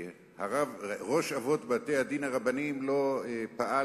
שראש אבות בתי-הדין הרבניים לא פעל